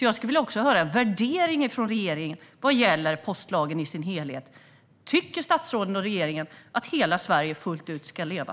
Jag skulle också vilja höra en värdering från regeringen vad gäller postlagen i dess helhet. Tycker statsrådet och regeringen att hela Sverige fullt ut ska leva?